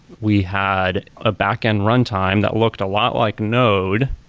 we had a back-end runtime that looked a lot like node,